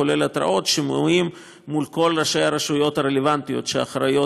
כולל התראות ושימועים מול כל ראשי הרשויות הרלוונטיות שאחראיות